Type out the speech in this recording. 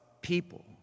people